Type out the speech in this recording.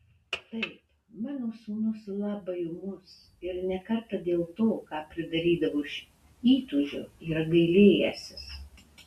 taip mano sūnus labai ūmus ir ne kartą dėl to ką pridarydavo iš įtūžio yra gailėjęsis